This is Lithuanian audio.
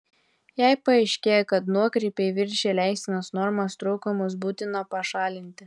jei paaiškėja kad nuokrypiai viršija leistinas normas trūkumus būtina pašalinti